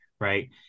right